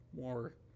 more